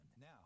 Now